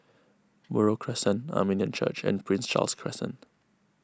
Buroh Crescent Armenian Church and Prince Charles Crescent